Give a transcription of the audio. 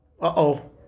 Uh-oh